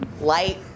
light